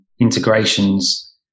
integrations